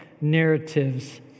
Narratives